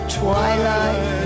twilight